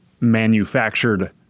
manufactured